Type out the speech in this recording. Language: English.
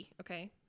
okay